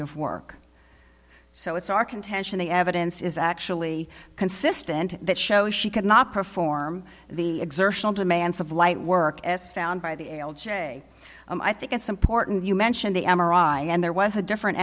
of work so it's our contention the evidence is actually consistent that show she could not perform the exertional demands of light work as found by the l j i think it's important you mention the m r i and there was a different